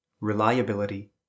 reliability